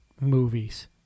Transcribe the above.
movies